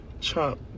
trump